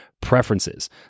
preferences